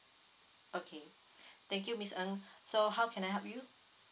okay thank you miss ng so how can I help you